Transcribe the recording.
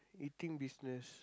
eating business